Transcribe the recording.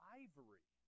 ivory